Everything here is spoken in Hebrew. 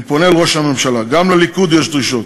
אני פונה אל ראש הממשלה: גם לליכוד יש דרישות,